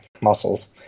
muscles